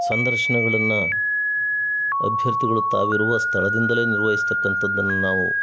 ಸಂದರ್ಶನಗ್ಳನ್ನು ಅಭ್ಯರ್ಥಿಗಳು ತಾವು ಇರುವ ಸ್ಥಳದಿಂದಲೇ ನಿರ್ವಹಿಸ್ತಕ್ಕಂಥದ್ದನ್ನು ನಾವು